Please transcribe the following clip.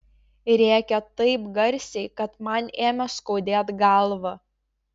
rėkė taip garsiai kad man ėmė skaudėt galvą